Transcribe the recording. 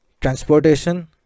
Transportation